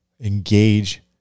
engage